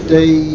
day